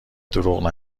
دروغ